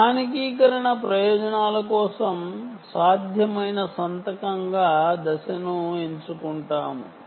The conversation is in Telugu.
స్థానికీకరణ ప్రయోజనాల కోసం సాధ్యమైనది గా ఫేస్ ను ఎంచుకుంటాము